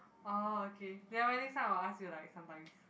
oh okay nevermind next time I will ask you like sometimes